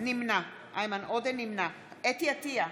נמנע חוה אתי עטייה,